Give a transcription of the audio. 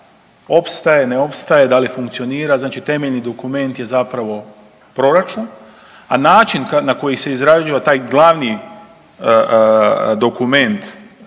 opstaje, ne opstaje, da li funkcionira, znači temeljni dokument je zapravo proračun. A način na koji se izrađuje taj glavni dokument